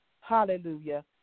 Hallelujah